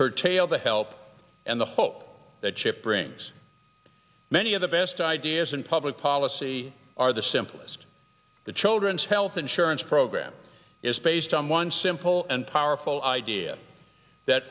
curtail the help and the hope that chip brings many of the best ideas in public policy are the simplest the children's health insurance program is based on one simple and powerful idea that